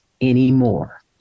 anymore